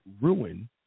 Ruin